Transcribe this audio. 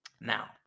Now